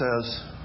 says